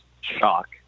shock